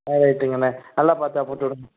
ஆ ரைட்டுங்கண்ணே நல்ல பாட்டாக போட்டு விடுங்க